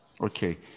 Okay